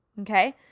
okay